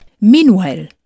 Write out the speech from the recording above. Meanwhile